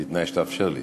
בתנאי שתאפשר לי.